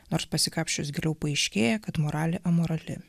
nors pasikapsčius giliau paaiškėja kad moralė amorali